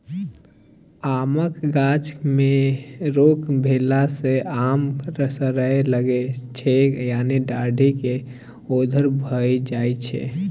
आमक गाछ मे रोग भेला सँ आम सरय लगै छै या डाढ़ि मे धोधर भए जाइ छै